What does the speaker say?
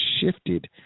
shifted